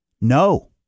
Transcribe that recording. no